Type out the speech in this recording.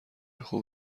خوب